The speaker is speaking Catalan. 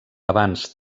avanç